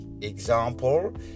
example